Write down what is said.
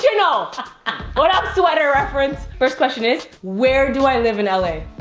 you know what up sweater reference! first question is, where do i live in l a?